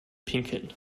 pinkeln